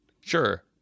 Sure